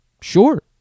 Sure